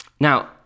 Now